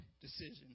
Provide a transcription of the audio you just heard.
decision